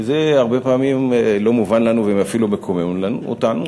וזה הרבה פעמים לא מובן לנו ואפילו מקומם אותנו.